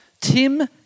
Tim